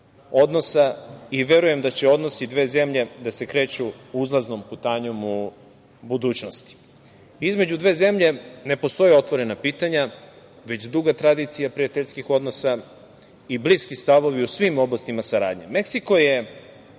odnosa i verujem da će odnosi dve zemlje da se kreću uzlaznom putanjom u budućnosti. Između dve zemlje ne postoje otvorena pitanja, već duga tradicija prijateljskih odnosa i bliski stavovi u svim oblastima saradnje.